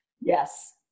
yes